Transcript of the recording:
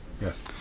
Yes